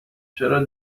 چرا